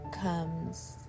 comes